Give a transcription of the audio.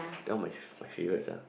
the one my f~ that one my favourite sia